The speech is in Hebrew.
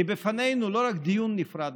כי בפנינו לא רק דיון נפרד,